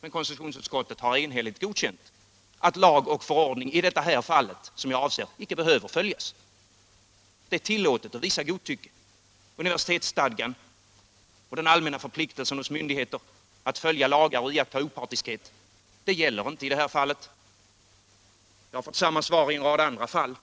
Men konstitutionsutskottet har enhälligt godkänt att lag och förordning i det här fallet icke behöver följas. Det är tillåtet att visa godtycke. Universitetsstadgan och myndigheternas allmänna förpliktelser att följa lagar och iaktta opartiskhet gäller inte i det här fallet. Jag har fått samma svar i en rad andra fall.